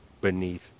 beneath